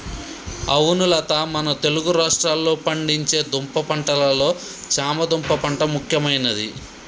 అవును లత మన తెలుగు రాష్ట్రాల్లో పండించే దుంప పంటలలో చామ దుంప పంట ముఖ్యమైనది